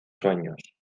sueños